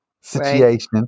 situation